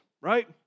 right